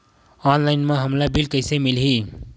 Online म हमला bill कइसे मिलही?